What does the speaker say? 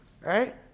right